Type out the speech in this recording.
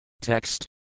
Text